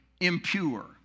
impure